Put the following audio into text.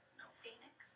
Phoenix